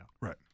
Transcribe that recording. Right